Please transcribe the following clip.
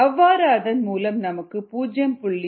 அவ்வாறு அதன் மூலம் நமக்கு 0